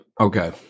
Okay